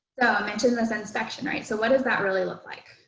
mentioned this inspection. right. so what does that really look like?